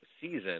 season